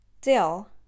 Dill